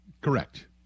Correct